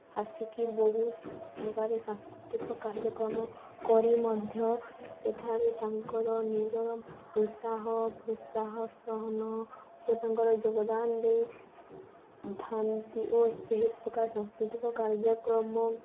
ଆସିକି ବହୁତ ଜାଗାରେ ସାଂସ୍କୃତିକ କାର୍ଯ୍ୟକ୍ରମ କରି ମଧ୍ୟ ସେଠାରେ ତାଙ୍କର ନିଜର ଉତ୍ସାହ ପ୍ରୋତ୍ସାହନ ଓ ତାଙ୍କର ଯୋଗଦାନ ଦେଇଥାନ୍ତି ଓ ସେହି ପ୍ରକାର ସାଂସ୍କୃତିକ କାର୍ଯ୍ୟକ୍ରମ